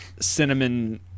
cinnamon